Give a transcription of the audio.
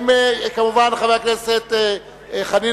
חבר הכנסת חנין,